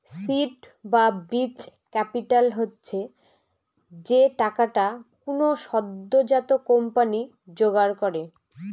seed বা বীজ capital হচ্ছে যে টাকাটা কোনো সদ্যোজাত কোম্পানি জোগাড় করে